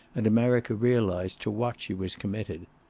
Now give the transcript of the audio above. and america realized to what she was committed.